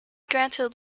granted